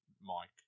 Mike